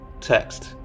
text